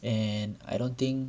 and I don't think